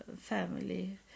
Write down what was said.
family